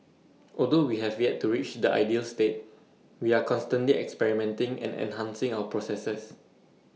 although we have yet to reach the ideal state we are constantly experimenting and enhancing our processes